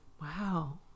Wow